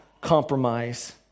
compromise